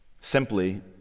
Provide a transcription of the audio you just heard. Simply